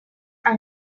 are